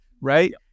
right